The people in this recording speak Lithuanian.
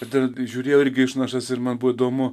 todėl žiūrėjau irgi išnašas ir man buvo įdomu